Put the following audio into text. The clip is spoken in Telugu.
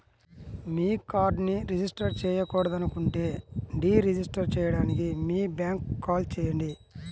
మీ కార్డ్ను రిజిస్టర్ చేయకూడదనుకుంటే డీ రిజిస్టర్ చేయడానికి మీ బ్యాంక్కు కాల్ చేయండి